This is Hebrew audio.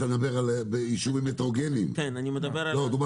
אתה מדבר בישובים הטרוגניים דובר